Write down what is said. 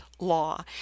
law